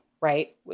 Right